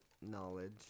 knowledge